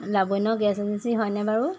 Labanya gas agency হয়নে বাৰু